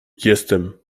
jestem